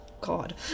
God